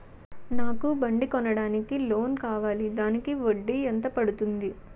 నాకు బండి కొనడానికి లోన్ కావాలిదానికి వడ్డీ ఎంత పడుతుంది?